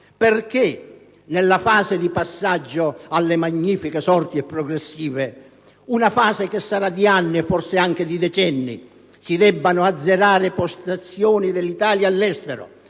perché nella fase di passaggio alle "magnifiche sorti e progressive", una fase che sarà di anni e forse anche di decenni, si debbano azzerare postazioni dell'Italia all'estero,